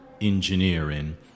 engineering